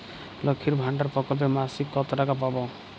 লক্ষ্মীর ভান্ডার প্রকল্পে মাসিক কত টাকা পাব?